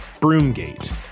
Broomgate